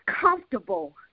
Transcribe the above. comfortable